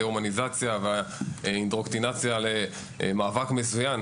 דה הומניזציה והאינדוקטרינציה למאבק המזוין.